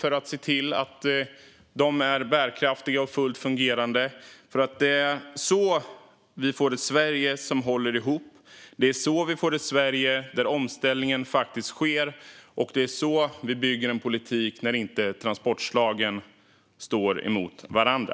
Vi behöver se till att de är bärkraftiga och fullt fungerande. Det är så vi får ett Sverige som håller ihop. Det är så vi får ett Sverige där omställningen faktiskt sker. Det är så vi bygger en politik där transportslagen inte står mot varandra.